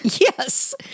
Yes